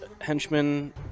Henchmen